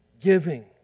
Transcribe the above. giving